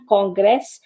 Congress